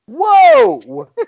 Whoa